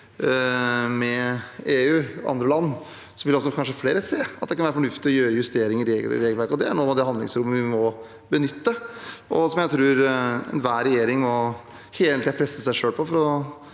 med EU og andre land – at kanskje flere vil se at det kan være fornuftig å gjøre justeringer i regelverket. Det er noe av det handlingsrommet vi må benytte, og der jeg tror enhver regjering hele tiden må presse på for å